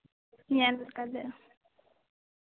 ᱧᱮᱞ ᱠᱟᱛᱮᱫ